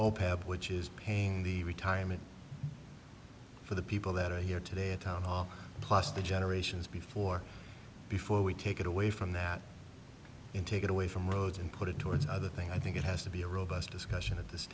opap which is paying the retirement for the people that are here today at town hall plus the generations before before we take it away from that and take it away from roads and put it towards other thing i think it has to be a robust discussion at this